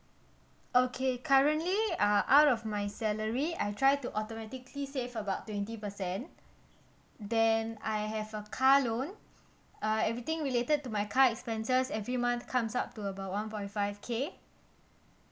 okay currently uh out of my salary I try to automatically save about twenty percent then I have a car loan uh everything related to my car expenses every month comes up to about one point five K